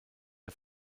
der